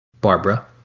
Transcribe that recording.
Barbara